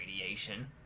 radiation